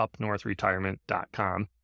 upnorthretirement.com